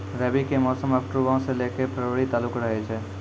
रबी के मौसम अक्टूबरो से लै के फरवरी तालुक रहै छै